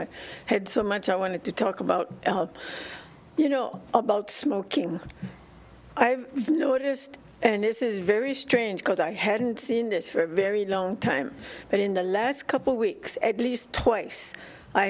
i had so much i wanted to talk about you know about smoking i've noticed and this is very strange because i hadn't seen this for a very long time but in the last couple weeks at least twice i